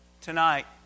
Tonight